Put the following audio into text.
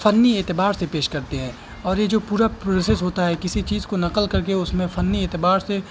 فنی اعتبار سے پیش کرتے ہیں اور یہ جو پورا پروسیس ہوتا ہے کسی چیز کو نقل کر کے اس میں فنی اعتبار سے